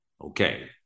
Okay